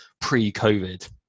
pre-covid